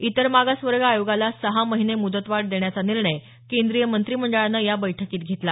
इतर मागास वर्ग आयोगाला सहा महिने मुदतवाढ देण्याचा निर्णय केंद्रीय मंत्रिमंडळानं या बैठकीत घेतला